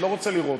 אני לא רוצה לראות.